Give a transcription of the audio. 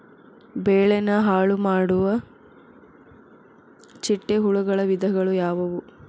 ಬೆಳೆನ ಹಾಳುಮಾಡುವ ಚಿಟ್ಟೆ ಹುಳುಗಳ ವಿಧಗಳು ಯಾವವು?